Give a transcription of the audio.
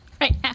Right